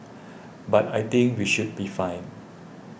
but I think we should be fine